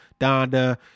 Donda